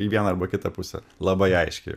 į vieną arba kitą pusę labai aiškiai